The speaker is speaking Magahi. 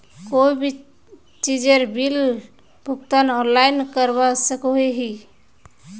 कोई भी चीजेर बिल भुगतान ऑनलाइन करवा सकोहो ही?